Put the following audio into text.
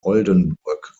oldenburg